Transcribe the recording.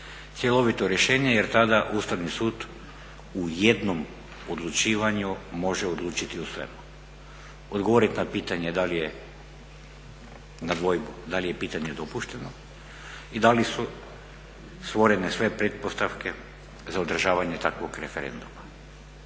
cjelovito rješenje jer tada Ustavni sud u jednom odlučivanju može odlučiti o svemu. Odgovoriti na dvojbu da li je pitanje dopušteno i da li su stvorene sve pretpostavke za održavanje takvog referenduma.